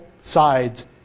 sides